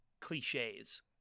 cliches